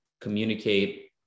communicate